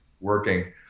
working